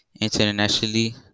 internationally